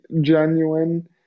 genuine